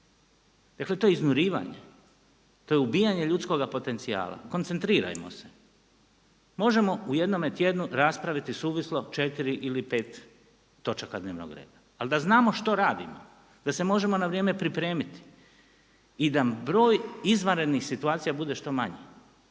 Dakle to je iznurivanje, to je ubijanje ljudskoga potencijala. Koncentrirajmo se. Možemo u jednome tjednu raspraviti suvislo 4 ili 5 točaka dnevnog reda ali da znamo što radimo, da se možemo na vrijeme pripremiti i da broj izvanrednih situacija bude što manji